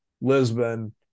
Lisbon